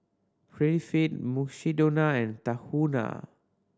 Prettyfit Mukshidonna and Tahuna